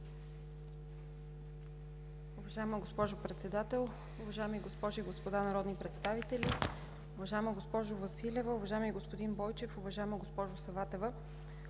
Уважаема госпожо Председател, уважаеми госпожи и господа народни представители, уважаема госпожо Василева, уважаеми господин Бойчев, уважаема госпожо Саватева!